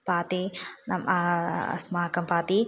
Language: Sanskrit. पादे नाम अस्माकं पादे